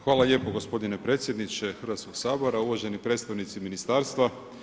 Hvala lijepo gospodine predsjedniče Hrvatskog sabora, uvaženi predstavnici ministarstva.